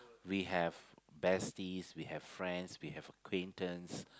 we have besties we have friends we have acquaintances